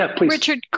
Richard